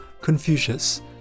Confucius